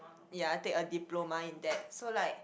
ya take a diploma in that so like